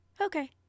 okay